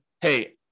hey